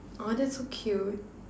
!aww! that's so cute